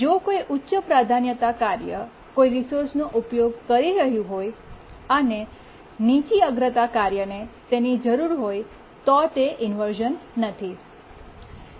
જો કોઈ ઉચ્ચ પ્રાધાન્યતા કાર્ય કોઈ રિસોર્સનો ઉપયોગ કરી રહ્યું હોય અને નીચી અગ્રતા કાર્યને તેની જરૂર હોય તો તે ઇન્વર્શ઼ન નથી